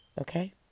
Okay